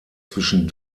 zwischen